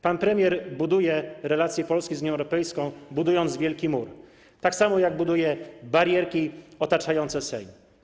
Pan premier chce budować relacje Polski z Unią Europejską, budując wielki mur, tak samo jak buduje barierki otaczające Sejm.